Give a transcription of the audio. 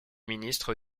ministres